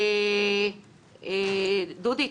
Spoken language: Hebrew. דודי,